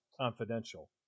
confidential